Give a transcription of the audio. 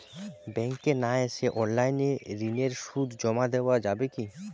ব্যাংকে না এসে অনলাইনে ঋণের সুদ জমা দেওয়া যাবে কি?